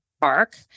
Park